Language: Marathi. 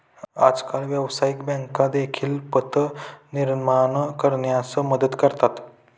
आजकाल व्यवसायिक बँका देखील पत निर्माण करण्यास मदत करतात